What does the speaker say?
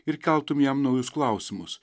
ir keltumei jam naujus klausimus